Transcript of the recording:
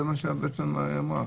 זה מה שהיא אמרה.